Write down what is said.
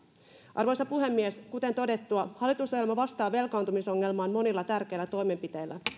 arvoisa puhemies kuten todettua hallitusohjelma vastaa velkaantumisongelmaan monilla tärkeillä toimenpiteillä